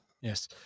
Yes